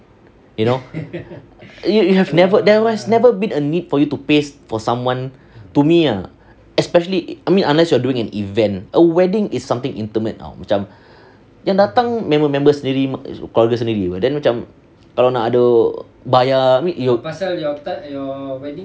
you know you you have never there was never been a need for you to pay for someone to me ah especially I mean unless you are during an event a wedding is something intimate now [tau] macam yang datang members members kau sendiri then macam kalau nak ada bayar I mean you